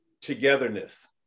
Togetherness